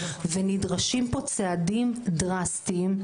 ונדרשים פה צעדים דרסטיים,